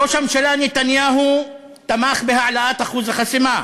ראש הממשלה נתניהו תמך בהעלאת אחוז החסימה,